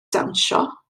dawnsio